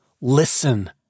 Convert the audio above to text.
Listen